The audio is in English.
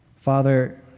Father